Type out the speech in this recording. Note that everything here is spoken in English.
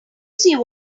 see